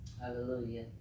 Hallelujah